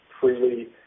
freely